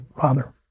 father